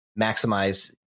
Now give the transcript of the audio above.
maximize